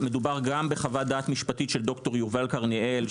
מדובר בחוות דעת משפטית של ד"ר יובל קרניאל,